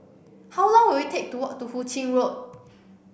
how long will it take to walk to Hu Ching Road